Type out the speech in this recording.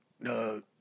No